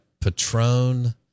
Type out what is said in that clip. Patron